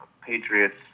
Patriots